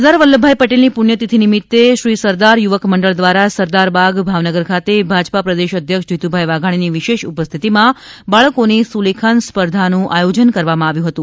સરદાર વલ્લભભાઈ પટેલ ની પુણ્યતિથિ નિમિત્તે શ્રી સરદાર યુવક મંડળ દ્વારા સરદાર બાગ ભાવનગર ખાતે ભાજપા પ્રદેશ અધ્યક્ષશ્રી જીતુભાઈ વાઘાણીની વિશેષ ઉપસ્થિતિમાં બાળકીની સુલેખાન સ્પર્ધાનું આયોજન કરવામાં આવ્યું હતું